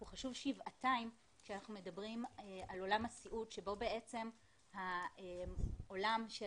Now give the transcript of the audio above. הוא חשוב שבעתיים שאנחנו מדברים על עולם הסיעוד שבו בעצם העולם של